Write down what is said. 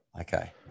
Okay